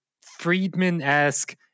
Friedman-esque